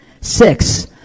Six